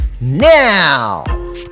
now